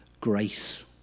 Grace